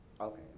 Okay